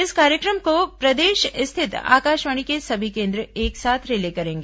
इस कार्यक्रम को प्रदेश रिथत आकाशवाणी के सभी केन्द्र एक साथ रिले करेंगे